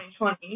2020